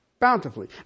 bountifully